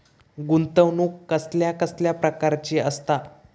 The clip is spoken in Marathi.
गुंतवणूक कसल्या कसल्या प्रकाराची असता?